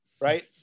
right